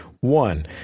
One